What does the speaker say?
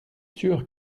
sûr